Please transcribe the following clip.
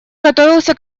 готовился